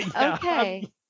Okay